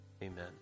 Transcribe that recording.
Amen